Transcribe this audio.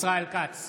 ישראל כץ,